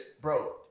bro